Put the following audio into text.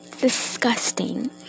disgusting